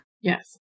Yes